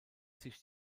sich